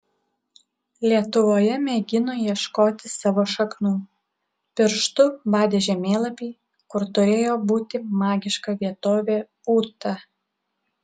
lietuvoje mėgino ieškoti savo šaknų pirštu badė žemėlapį kur turėjo būti magiška vietovė ūta